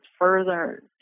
further